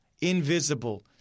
invisible